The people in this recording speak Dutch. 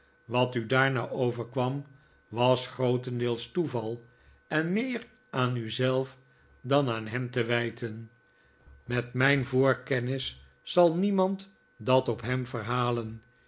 wat u daarna overkwam was grootendeels toeval en meer aan u zelf dan aan hem te wijten met mijn voorkennis zal niemand dat op hem verhalen